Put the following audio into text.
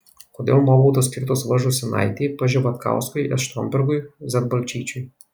kodėl nuobaudos skirtos v žūsinaitei p živatkauskui s štombergui z balčyčiui